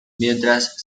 mientras